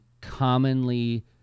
commonly